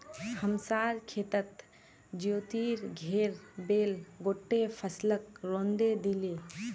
हमसार खेतत ज्योतिर घेर बैल गोट्टे फसलक रौंदे दिले